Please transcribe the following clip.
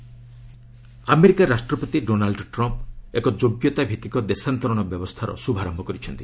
Trump immigration America ରାଷ୍ଟ୍ରପତି Donald Trump ଏକ ଯୋଗ୍ୟତାଭିତ୍ତିକ ଦେଶାନ୍ତରଣ ବ୍ୟବସ୍ଥାର ଶୁଭାରମ୍ଭ କରିଛନ୍ତି